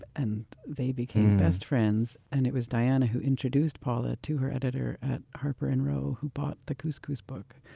and they became best friends, and it was diana who introduced paula to her editor at harper and row who bought the couscous book.